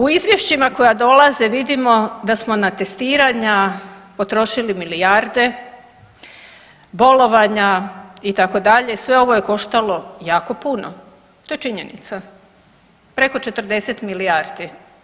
U izvješćima koja dolaze vidimo da smo na testiranja potrošili milijarde, bolovanja itd. sve ovo je koštalo jako puno, to je činjenica preko 40 milijardi.